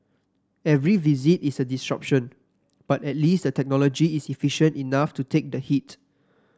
every visit is a disruption but at least the technology is efficient enough to take the hit